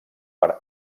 per